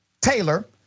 Taylor